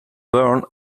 born